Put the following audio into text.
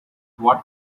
what